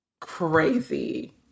crazy